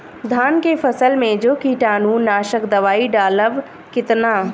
धान के फसल मे जो कीटानु नाशक दवाई डालब कितना?